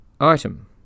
Item